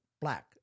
black